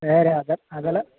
sir அது அதெல்லாம்